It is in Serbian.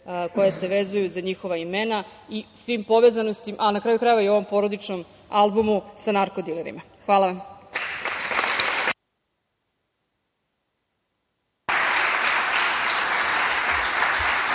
koje se vezuju za njihova imena, a na kraju krajeva i o ovom porodičnom albumu sa narkodilerima. Hvala vam.